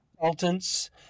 consultants